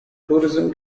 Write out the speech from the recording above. tourism